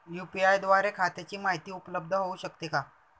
UPI द्वारे खात्याची माहिती उपलब्ध होऊ शकते का?